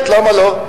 בהחלט, למה לא.